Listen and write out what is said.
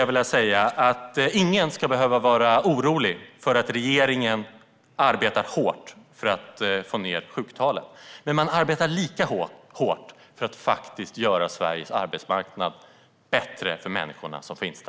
Ingen ska behöva vara orolig för att regeringen inte arbetar hårt för att få ned sjuktalen. Man arbetar även lika hårt för att göra Sveriges arbetsmarknad bättre för människorna som finns där.